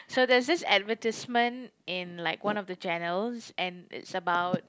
so there's this advertisement in like one of the channels and it's about